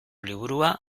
liburua